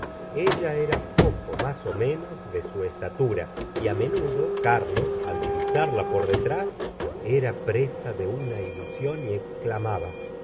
ella era poco más ó menos de su estatura y á menudo carlos al divisarla por detrás er presa de una ilusión y exclamaba